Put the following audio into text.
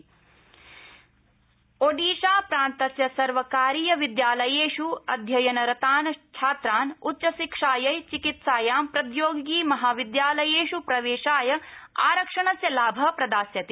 ओडिशा ओडिशा प्रान्तस्य सर्वकारीयविद्यालयेष् अध्ययनरतान् छात्रान् उच्चशिक्षायै चिकित्सायां प्रौद्योगिकी महाविद्यालयेष् प्रवेशाय आरक्षणस्य लाभ प्रदास्यते